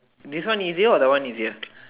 this one easier or that one easier